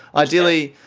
ideally,